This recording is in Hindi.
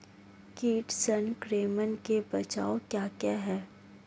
कीट संक्रमण के बचाव क्या क्या हैं?